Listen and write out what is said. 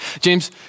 James